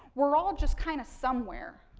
we're all just kind of somewhere,